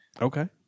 Okay